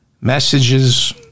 Messages